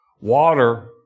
water